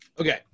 Okay